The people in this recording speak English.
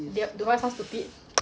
that do I sound stupid